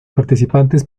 participantes